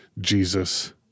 Jesus